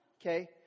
okay